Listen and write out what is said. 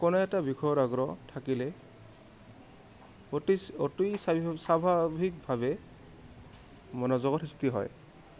কোনো এটা বিষয়ৰ আগ্ৰহ থাকিলে মনোযোগৰ সৃষ্টি হয়